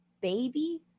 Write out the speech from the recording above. baby